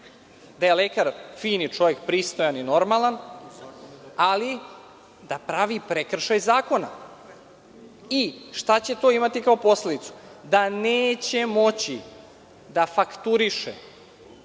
Da je lekar fin čovek, pristojan i normalan, ali da pravi prekšraj zakona. Šta će to imati kao posledicu? Da neće moći da fakturiše